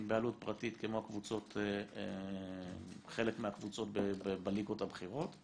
עם בעלות פרטית, כמו חלק מהקבוצות בליגות הבכירות,